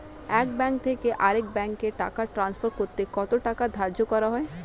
এক ব্যাংক থেকে আরেক ব্যাংকে টাকা টান্সফার করতে কত টাকা ধার্য করা হয়?